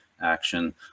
action